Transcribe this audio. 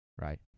right